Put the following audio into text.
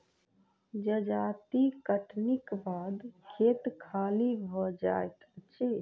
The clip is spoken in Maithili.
जजाति कटनीक बाद खेत खाली भ जाइत अछि